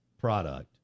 product